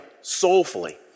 soulfully